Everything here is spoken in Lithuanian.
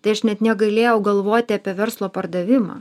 tai aš net negalėjau galvoti apie verslo pardavimą